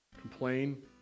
complain